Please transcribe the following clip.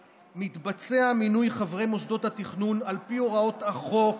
מתבצע מינוי חברי מוסדות התכנון על פי הוראות החוק,